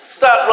stop